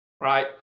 Right